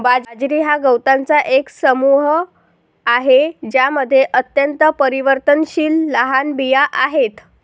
बाजरी हा गवतांचा एक समूह आहे ज्यामध्ये अत्यंत परिवर्तनशील लहान बिया आहेत